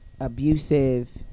abusive